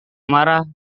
marah